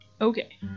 okay